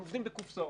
היא עובדת בקופסאות.